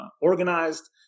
organized